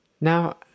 Now